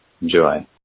enjoy